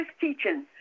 teaching